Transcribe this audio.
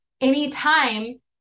anytime